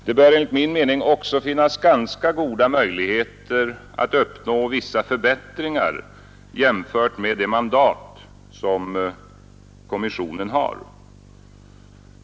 Det bör enligt min mening också finnas ganska goda möjligheter att uppnå vissa förbättringar jämfört med det mandat som kommissionen har.